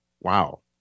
wow